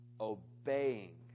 Obeying